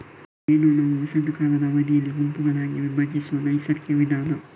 ಜೇನ್ನೊಣವು ವಸಂತ ಕಾಲದ ಅವಧಿಯಲ್ಲಿ ಗುಂಪುಗಳಾಗಿ ವಿಭಜಿಸುವ ನೈಸರ್ಗಿಕ ವಿಧಾನ